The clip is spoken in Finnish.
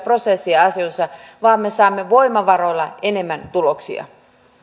ja prosesseja asioissa ja me saamme voimavaroillamme enemmän tuloksia